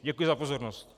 Děkuji za pozornost.